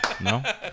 No